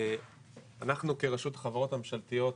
אנחנו כרשות החברות הממשלתיות,